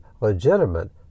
legitimate